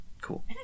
Cool